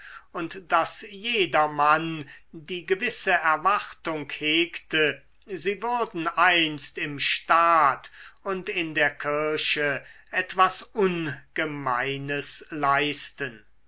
und daß jedermann die gewisse erwartung hegte sie würden einst im staat und in der kirche etwas ungemeines leisten